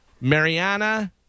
Mariana